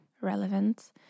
relevant